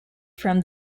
from